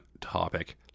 topic